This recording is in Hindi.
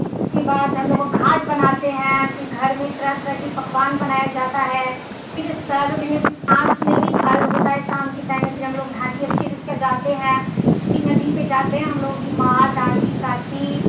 इसके बाद हम लोगों घाट बनाते है फिर घर में तरह तरह के पकवान बनाया जाता है फिर इसका अर्घ में भी आँच में भी अर्घ होता है इस काम के टाइम में फिर हम लोग ढ़ाकी अच्छे से सजाते हैं फिर नदी पर जाते हैं हम लोग ही माँ दादी चाची